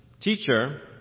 Teacher